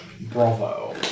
Bravo